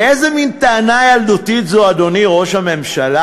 ואיזה מין טענה ילדותית זו, אדוני ראש הממשלה: